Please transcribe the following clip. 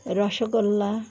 rasgulla